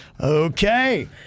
Okay